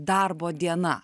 darbo diena